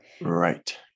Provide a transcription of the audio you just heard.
Right